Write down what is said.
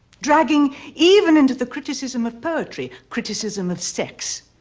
dragging even into the criticism of poetry criticism of sex,